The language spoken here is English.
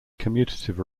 commutative